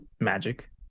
magic